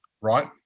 right